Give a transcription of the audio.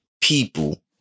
people